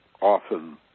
often